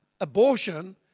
abortion